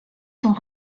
sont